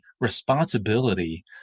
responsibility